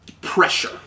pressure